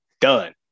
done